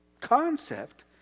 concept